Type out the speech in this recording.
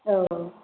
औ